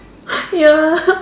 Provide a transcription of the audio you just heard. ya